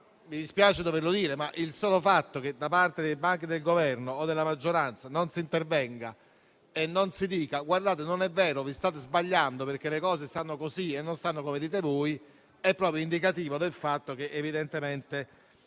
Mi dispiace doverlo dire, ma il solo fatto che da parte dei banchi del Governo o della maggioranza non si intervenga - e non si dica che non è vero, che ci stiamo sbagliando perché le cose stanno così e non stanno come diciamo noi - è proprio indicativo del fatto che evidentemente,